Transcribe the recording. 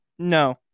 No